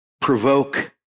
provoke